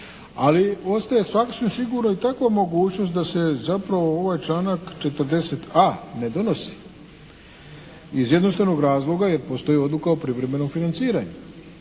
ne razumije./ … sigurno i takva mogućnost da se zapravo ovaj članak 40.a ne donosi iz jednostavnog razloga jer postoji odluka o privremenom financiranju.